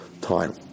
time